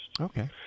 Okay